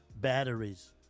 Batteries